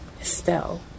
Estelle